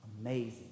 amazing